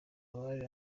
abari